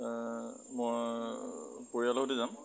মই পৰিয়ালৰ সৈতে যাম